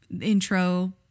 intro